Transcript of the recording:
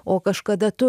o kažkada tu